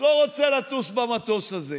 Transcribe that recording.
לא רוצה לטוס במטוס הזה.